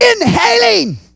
Inhaling